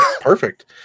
Perfect